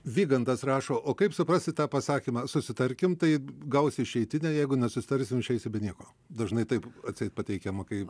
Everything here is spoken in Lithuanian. vygantas rašo o kaip suprasti tą pasakymą susitarkim tai gausi išeitinę jeigu nesusitarsim išeisi be nieko dažnai taip atseit pateikiama kai